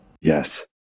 Yes